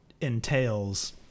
entails